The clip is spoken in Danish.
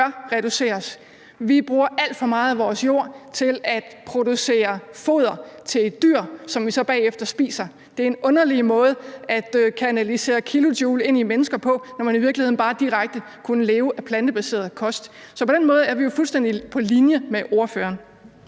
Vi bruger alt for meget af vores jord til at producere foder til dyr, som vi så bagefter spiser. Det er en underlig måde at kanalisere kilojoule ind i mennesker på, når man i virkeligheden bare direkte kunne leve af plantebaseret kost. Så på den måde er vi jo fuldstændig på linje med ordføreren.